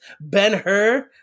Ben-Hur